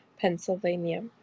Pennsylvania